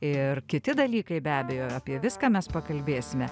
ir kiti dalykai be abejo apie viską mes pakalbėsime